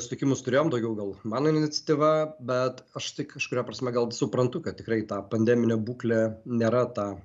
sutikimus turėjom daugiau gal mano iniciatyva bet aš tai kažkuria prasme gal suprantu kad tikrai ta pandeminė būklė nėra ta